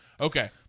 Okay